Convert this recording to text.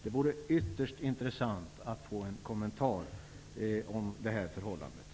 Det vore ytterst intressant att få en kommentar till det här förhållandet.